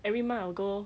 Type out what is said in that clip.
every month I will go